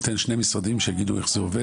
ניתן שני משרדים שיגידו איך זה עובד,